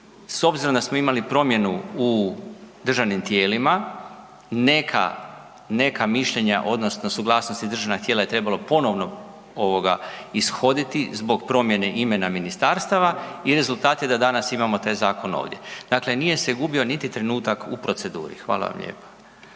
S obzirom da smo imali promjenu u državnim tijelima, neka mišljenja odnosno suglasnosti državna tijela je trebalo ponovno ishoditi zbog promjene imena ministarstava i rezultati da danas imamo taj zakon ovdje. Dakle, nije se gubio niti trenutak u proceduri. Hvala vam lijepa.